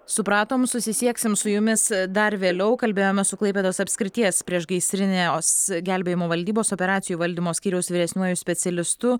supratom susisieksim su jumis dar vėliau kalbėjomės su klaipėdos apskrities priešgaisrinios gelbėjimo valdybos operacijų valdymo skyriaus vyresniuoju specialistu